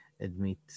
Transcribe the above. Admit